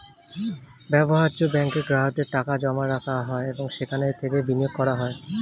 ব্যবহার্য ব্যাঙ্কে গ্রাহকদের টাকা জমা রাখা হয় এবং সেখান থেকে বিনিয়োগ করা হয়